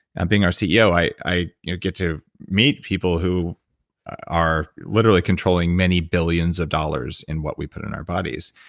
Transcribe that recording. and being our ceo, i i get to meet people who are literally controlling many billions of dollars in what we put in our bodies.